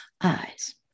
eyes